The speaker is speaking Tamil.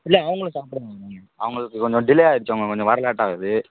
இல்லை அவங்களும் சாப்பிட தாங்க அவங்களுக்கு கொஞ்சம் டிலே ஆயிடுச்சு அவங்க கொஞ்சம் வர லேட்டாகுது